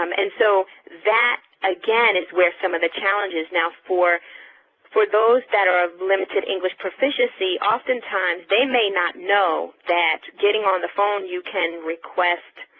um and so that again is where some of the challenge is. now for for those that are limited english proficiency oftentimes they may not know that getting on the phone you can request,